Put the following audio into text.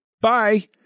Bye